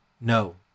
No